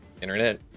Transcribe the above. internet